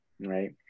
right